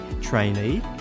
trainee